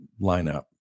lineup